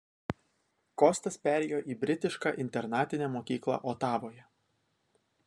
kostas perėjo į britišką internatinę mokyklą otavoje